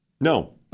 No